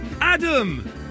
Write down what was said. Adam